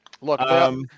Look